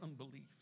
unbelief